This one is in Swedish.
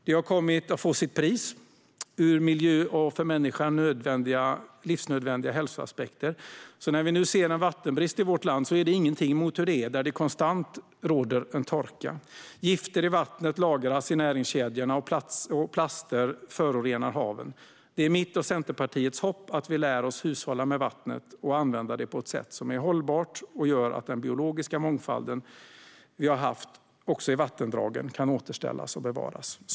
Det har kommit att få sitt pris ur miljö och för människan livsnödvändiga hälsoaspekter. Nu ser vi en vattenbrist i vårt land, men det är ingenting mot hur det är där konstant torka råder. Gifter i vattnet lagras i näringskedjorna, och plaster förorenar haven. Det är mitt och Centerpartiets hopp att vi lär oss att hushålla med vattnet och att använda det på ett sätt som är hållbart och gör att den biologiska mångfald vi har haft också i vattendragen kan återställas och bevaras.